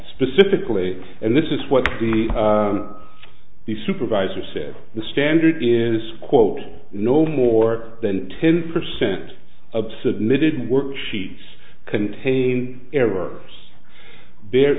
specifically and this is what the supervisor said the standard is quote no more than ten percent of submitted work sheets contain errors